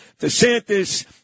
DeSantis